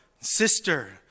sister